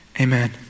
Amen